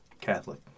Catholic